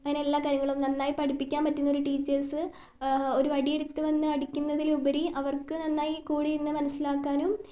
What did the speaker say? അങ്ങനെ എല്ലാ കാര്യങ്ങളും നന്നായി പഠിപ്പിക്കാൻ പറ്റുന്ന ഒരു ടീച്ചേർസ് ഒരു വടി എടുത്തു വന്ന് അടിക്കുന്നതിലുപരി അവർക്ക് നന്നായി കൂടെയിരുന്ന് മനസ്സിലാക്കാനും